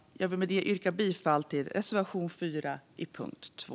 Jag vill med detta yrka bifall till reservation 4 under punkt 2.